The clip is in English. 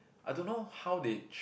I don't know how they